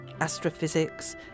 astrophysics